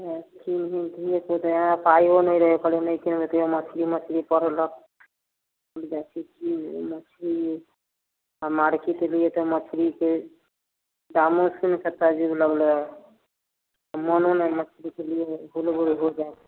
एक्को नया पाइओ नहि रहै हइ किनबै तऽ मछरी मछरी करऽ लगतै तऽ जाइ छी कीनि लेबै मछरिए मार्केट भी हइ तऽ मछरीके दामो सुनिके तऽ अजीब लगलैए मोनो नहि मछरीके लिए हुल हुल हो जाइ छै